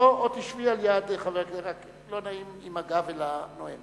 או תשבי ליד חבר הכנסת, לא נעים עם הגב אל הנואם.